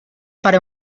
faré